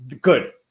good